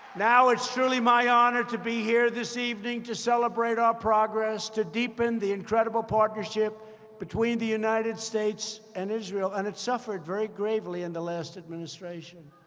now, it's truly my honor to be here this evening to celebrate our progress to deepen the incredible partnership between the united states and israel. and it suffered very gravely in the last administration.